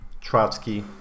Trotsky